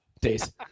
Days